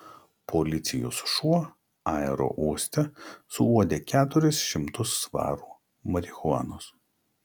policijos šuo aerouoste suuodė keturis šimtus svarų marihuanos